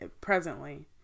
presently